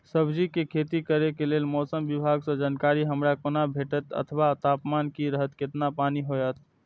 सब्जीके खेती करे के लेल मौसम विभाग सँ जानकारी हमरा केना भेटैत अथवा तापमान की रहैत केतना पानी होयत?